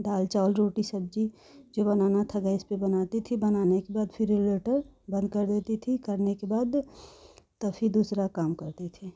दाल चावल रोटी सब्जी जो बनाना था गैस पे बनाती थी बनाने के बाद फिर रेगुलेटर बंद कर देती थी करने के बाद तो फिर दूसरा काम करती थी